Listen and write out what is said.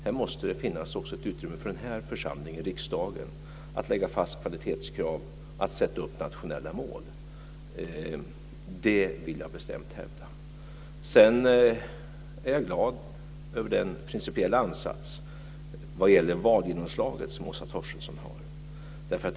Här måste det också finnas ett utrymme för den här församlingen, riksdagen, att lägga fast kvalitetskrav, att sätta upp nationella mål. Det vill jag bestämt hävda. Sedan är jag glad över den principiella ansats vad gäller valgenomslaget som Åsa Torstensson har.